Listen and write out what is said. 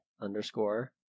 underscore